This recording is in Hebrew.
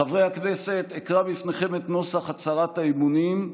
חברי הכנסת, אקרא בפניכם את נוסח הצהרת האמונים,